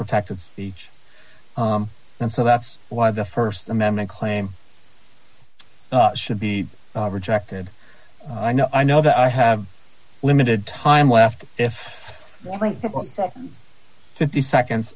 protected speech and so that's why the st amendment claim should be rejected i know i know that i have limited time left if fifty seconds